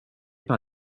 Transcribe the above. par